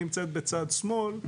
נמצאת בצד שמאל,